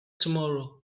tomorrow